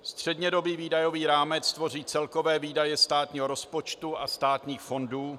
Střednědobý výdajový rámec tvoří celkové výdaje státního rozpočtu a státních fondů.